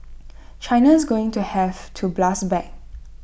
China is going to have to blast back